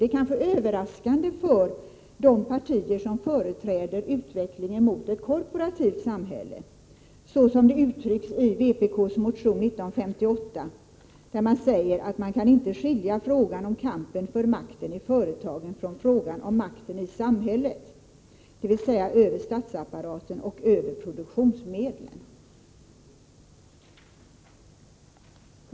Det kanske är överraskande för de partier som företräder utvecklingen mot ett korporativt samhälle, så som det uttrycks i vpk:s motion 1958, där det sägs att man inte kan skilja frågan om kampen för makten i företagen från frågan om makten i samhället, dvs. över statsapparaten och över produktionsmedlen.